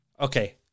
Okay